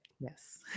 Yes